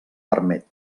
permet